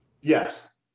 Yes